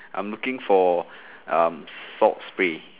I'm looking for um salt spray